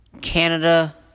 Canada